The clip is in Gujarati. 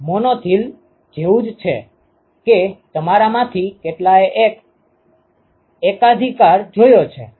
તે એક મોનોલિથ જેવું છે કે તમારામાંથી કેટલાએ એક એકાધિકાર જોયો છે